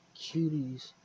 Cuties